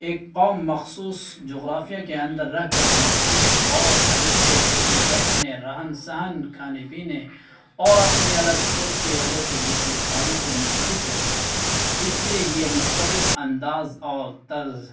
ایک قوم مخصوص جغرافیہ کے اندر رہ کر مخصوص طور طریقے اٹھنے بیٹھنے رہن سہن کھانے پینے اور اپنی الگ سوچ کی وجہ سے دوسری قوموں سے مختلف ہوتی ہے اس لیے یہ مختلف انداز اور